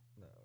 No